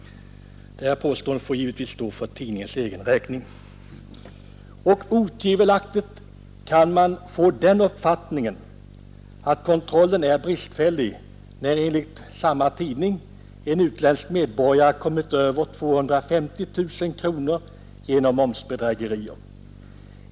Detta påstående får givetvis stå för tidningens egen räkning, men otvivelaktigt kan man få den uppfattningen att kontrollen är bristfällig när enligt samma tidning en utländsk medborgare kommit över 250 000 kronor genom momsbedrägerier.